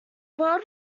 world